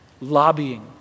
lobbying